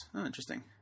interesting